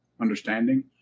understanding